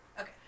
Okay